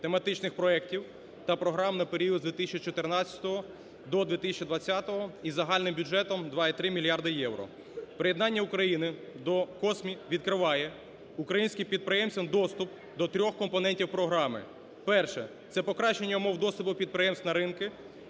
тематичних проектів та програм на період з 2014 до 2020 із загальним бюджетом в 2,3 мільярди євро. Приєднання України до COSME відкриває українським підприємствам доступ до трьох компонентів програми: перше – це покращення умов доступу підприємств на ринки,